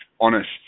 honest